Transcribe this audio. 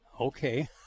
Okay